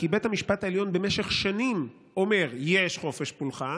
כי בית המשפט העליון במשך שנים אומר: יש חופש פולחן,